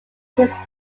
his